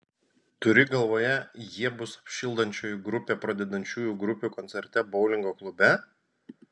turi galvoje jie bus apšildančioji grupė pradedančiųjų grupių koncerte boulingo klube